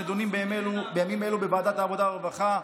שנדונות בימים אלו בוועדת העבודה הרווחה,